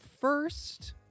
first